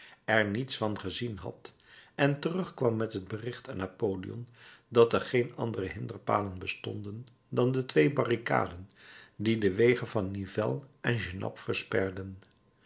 er niets van gezien had en terugkwam met het bericht aan napoleon dat er geen andere hinderpalen bestonden dan de twee barricaden die de wegen van nivelles en genappe versperden